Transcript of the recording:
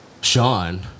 Sean